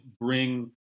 bring